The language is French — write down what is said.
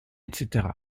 etc